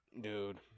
Dude